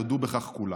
יודו בכך כולם.